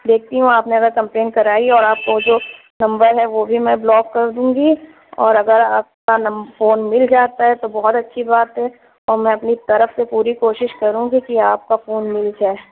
دیکھتی ہوں آپ نے اگر کمپلین کرائی ہے اور آپ کو جو نمبر ہے وہ بھی میں بلاک کر دوں گی اور اگر آپ کا نم فون مل جاتا ہے تو بہت اچھی بات ہے اور میں اپنی طرف سے پوری کوشش کروں گی کہ آپ کا فون مل جائے